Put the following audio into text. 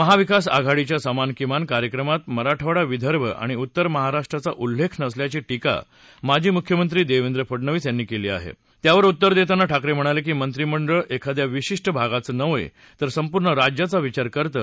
महाविकास आघाडीच्या समान किमान कार्यक्रमात मराठवाडा विदर्भ आणि उत्तर महाराष्ट्राचा उल्लेख नसल्याची टीका माजी मुख्यमंत्री देवेंद्र फडनवीस यांनी केली आहे त्यावर उत्तर देताना ठाकरे म्हणाले की मंत्रीमंडळ एखाद्या विशिष्ट भागाचा नव्हे तर संपूर्ण राज्याचा विचार करत आहे